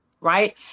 right